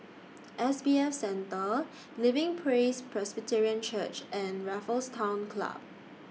S B F Center Living Praise Presbyterian Church and Raffles Town Club